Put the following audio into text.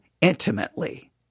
intimately